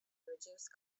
reduced